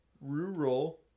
Rural